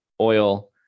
oil